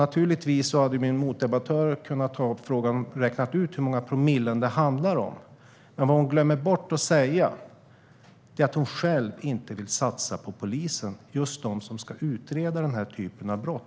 Naturligtvis hade min motdebattör kunnat räkna ut hur många promille det handlar om, men vad hon glömmer att säga är att hon själv inte vill satsa på polisen - just de som ska utreda denna typ av brott.